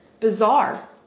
bizarre